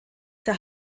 der